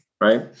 Right